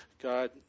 God